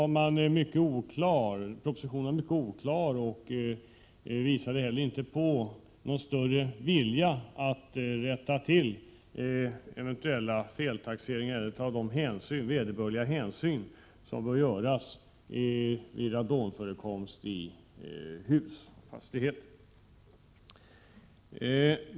I den frågan var propositionen mycket oklar och visade inte heller någon större vilja att rätta till eventuella feltaxeringar eller att ta de hänsyn som bör tas vid radonförekomst i fastigheter.